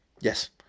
Yes